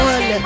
One